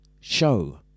show